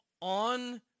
on